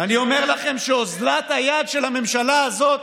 אני אומר לכם שאוזלת היד של הממשלה הזאת